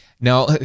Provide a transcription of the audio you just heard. Now